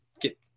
get